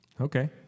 Okay